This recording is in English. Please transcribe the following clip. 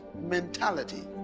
mentality